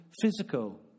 physical